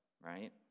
right